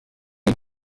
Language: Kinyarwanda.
ari